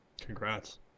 Congrats